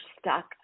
stuck